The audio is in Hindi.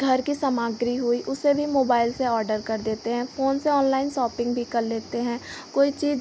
घर की सामग्री हुई उसे भी मोबाइल से ऑडर कर देते हैं फ़ोन से ऑनलाइन सॉपिंग भी कर लेते हैं कोई चीज़